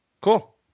Cool